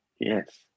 yes